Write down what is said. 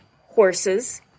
horses